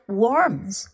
worms